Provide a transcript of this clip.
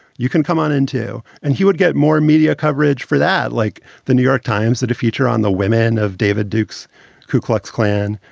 you can come on in, too. and he would get more media coverage for that, like the new york times, that a feature on the women of david duke's ku klux klan.